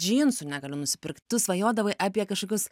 džinsų negaliu nusipirkt tu svajodavai apie kažkokius